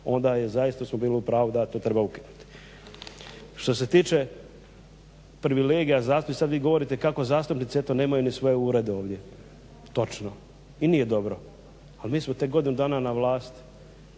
onda zaista smo bili u pravu da to treba ukinuti. Što se tiče privilegija zastupnika, sad vi govorite kako zastupnici eto nemaju ni svoje urede ovdje. Točno i nije dobro. ali mi smo tek godina na vlasti.